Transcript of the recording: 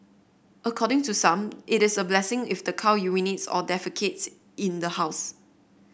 according to some it is a blessing if the cow urinates or defecates in the house